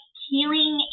healing